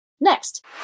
Next